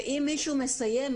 ואם מישהו מסיים,